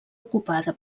ocupada